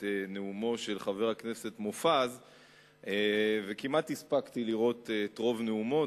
נאומו של חבר הכנסת מופז וכמעט הספקתי לראות את רוב נאומו,